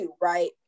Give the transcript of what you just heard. right